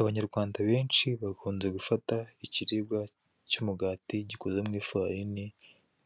Abanyarwanda benshi bakunze gufata ikiribwa cy'umugati gikozwe mu ifarini